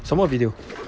什么 video